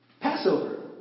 Passover